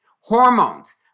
hormones